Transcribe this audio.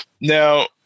Now